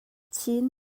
chin